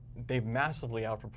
they've massively outperformed.